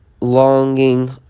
longing